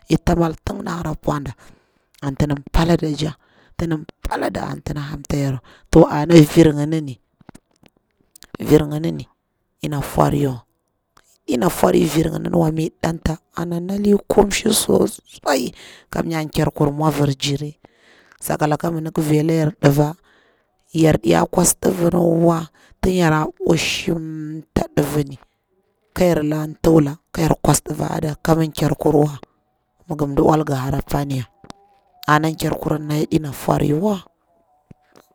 I ta mal tun nahar pwada anti ndi pdaɗa tcha, tiɗi palada anti ndi hamtayaru, to ana vir ngini ina forviriwa, yani yana fori vir nginini wa, mi ɗanta ana nali kumshi sosai kamnya ker kur mwavir jiri, sakalaka mi ɗik velayar diva yar ɗiya kwas divin wa, tin yora bushimtari divini kayar la tuwula koyar kwas ɗiva a dala, ka mni kerku wa, mi ngi mdiola ga hara panwa, ona karkurin na yaɗina foriwa.